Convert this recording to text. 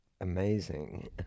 amazing